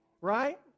Right